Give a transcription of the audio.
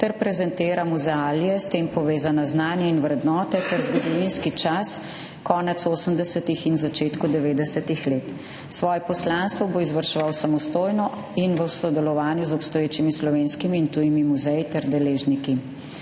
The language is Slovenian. ter prezentira muzealije, s tem povezana znanja in vrednote ter zgodovinski čas konec osemdesetih in v začetku devetdesetih let. Svoje poslanstvo bo izvrševal samostojno in v sodelovanju z obstoječimi slovenskimi in tujimi muzeji ter deležniki.